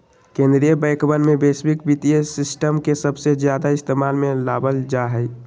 कीन्द्रीय बैंकवन में वैश्विक वित्तीय सिस्टम के सबसे ज्यादा इस्तेमाल में लावल जाहई